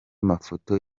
mafoto